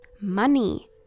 Money